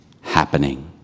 happening